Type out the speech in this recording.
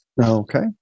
Okay